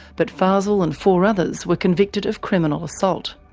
but fazel and four others were convicted of criminal assault.